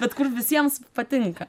bet kur visiems patinka